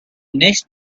next